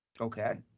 Okay